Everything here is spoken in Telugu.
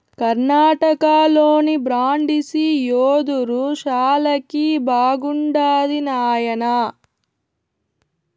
కర్ణాటకలోని బ్రాండిసి యెదురు శాలకి బాగుండాది నాయనా